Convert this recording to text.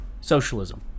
socialism